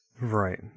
Right